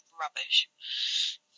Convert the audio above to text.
rubbish